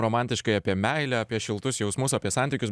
romantiškai apie meilę apie šiltus jausmus apie santykius